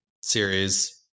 series